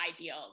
ideal